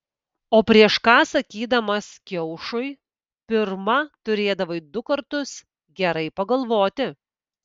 o prieš ką sakydamas kiaušui pirma turėdavai du kartus gerai pagalvoti